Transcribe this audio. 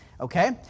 Okay